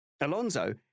Alonso